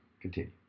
Continue